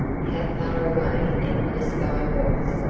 how far away even the sky was!